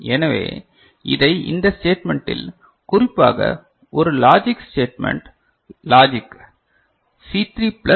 எனவே இதை இந்த ஸ்டேட்மெண்ட்டில் குறிப்பாக ஒரு logic statement logic C 3 plus இது சி 2 பிரைம் சி 1